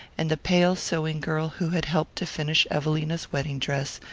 and the pale sewing girl who had helped to finish evelina's wedding dress,